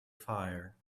fire